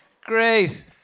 Great